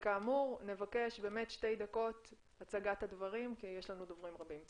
נבקש שתי דקות להצגת הדברים כי יש לנו דוברים רבים.